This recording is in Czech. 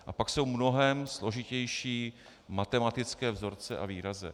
A pak jsou mnohem složitější matematické vzorce a výrazy.